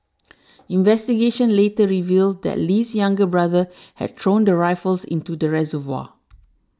investigations later revealed that Lee's younger brother had thrown the rifles into the reservoir